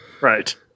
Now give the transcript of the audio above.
Right